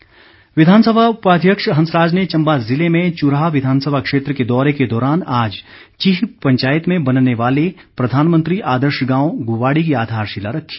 हंसराज विधानसभा उपाध्यक्ष हंसराज ने चम्बा ज़िले में चुराह विधानसभा क्षेत्र के दौरे के दौरान आज चीह पंचायत में बनने वाले प्रधानमंत्री आदर्श गांव गुवाड़ी की आधारशिला रखी